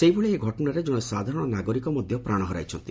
ସେହିଭଳି ଏହି ଘଟଣାରେ ଜଣେ ସାଧାରଣ ନାଗରିକ ମଧ୍ୟ ପ୍ରାଣ ହରାଇଛନ୍ତି